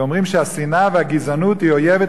ואומרים שהשנאה והגזענות הן אויבות